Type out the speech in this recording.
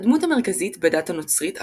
הדמות המרכזית בדת הנוצרית,